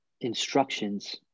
instructions